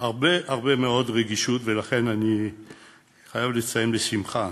הרבה הרבה מאוד רגישות, ולכן אני חייב לציין בשמחה